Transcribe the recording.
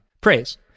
praise